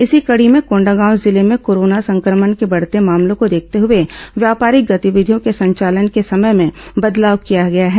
इसी कड़ी में कोंडागांव जिले में कोरोना संक्रमण के बढ़ते मामलों को देखते हुए व्यापारिक गतिविधियों के संचालन के समय में बदलाव किया है